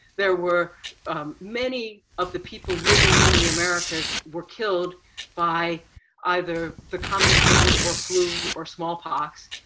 there were many of the people living in the americas were killed by either the common cold or flu or smallpox.